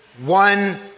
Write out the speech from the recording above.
one